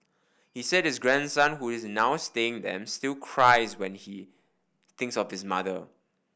he said his grandson who is now staying them still cries when he thinks of his mother